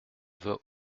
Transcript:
veut